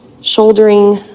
shouldering